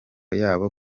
yabo